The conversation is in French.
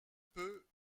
peu